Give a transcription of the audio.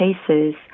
cases